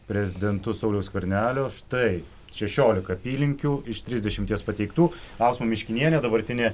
prezidentus sauliaus skvernelio štai šešiolika apylinkių iš trisdešimties pateiktų ausma miškinienė dabartinė